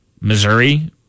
Missouri